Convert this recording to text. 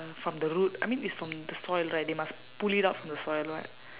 from the root I mean it's from the soil right they must pull it out from the soil [what]